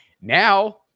Now